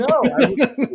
No